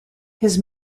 his